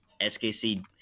SKC